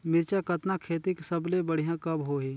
मिरचा कतना खेती सबले बढ़िया कब होही?